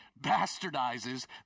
bastardizes